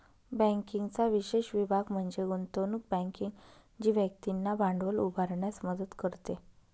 बँकिंगचा विशेष विभाग म्हणजे गुंतवणूक बँकिंग जी व्यक्तींना भांडवल उभारण्यास मदत करते